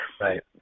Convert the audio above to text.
Right